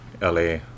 LA